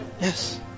Yes